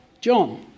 John